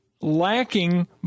lacking